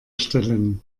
stellen